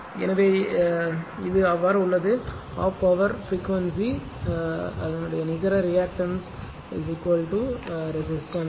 எனவே இது அவ்வாறு உள்ளது 12 பவர்பிரீக்வென்சி நிகர ரியாக்டன்ஸ் ரெசிஸ்டன்ஸ்